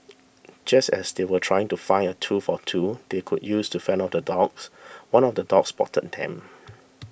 just as they were trying to find a tool for two they could use to fend off the dogs one of the dogs spotted them